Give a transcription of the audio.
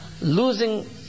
Losing